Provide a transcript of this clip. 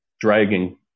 dragging